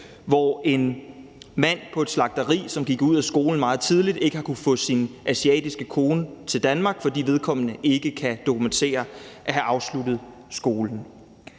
hvor en mand på et slagteri, som gik ud af skolen meget tidligt, ikke har kunnet få sin asiatiske kone til Danmark, fordi vedkommende ikke kan dokumentere at have afsluttet skolen.